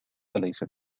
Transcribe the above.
أليس